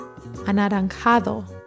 Anaranjado